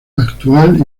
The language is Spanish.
actual